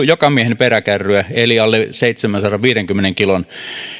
jokamiehen peräkärryä eli alle seitsemänsadanviidenkymmenen kilon